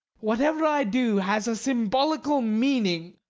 whatever i do has a symbolical mean ing.